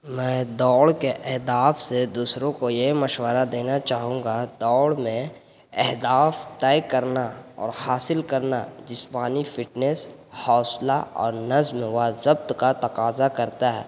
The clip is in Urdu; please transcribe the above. میں دوڑ کے اہداف سے دوسروں کو یہ مشورہ دینا چاہوں گا دوڑ میں اہداف طے کرنا اور حاصل کرنا جسمانی فٹنیس حوصلہ اور نظم و ضبط کا تقاضا کرتا ہے